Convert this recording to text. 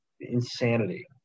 insanity